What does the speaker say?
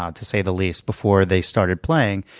ah to say the least, before they started playing.